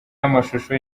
amashusho